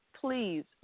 please